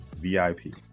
VIP